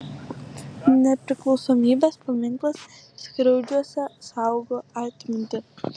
nepriklausomybės paminklas skriaudžiuose saugo atmintį